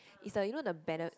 is the you know the banner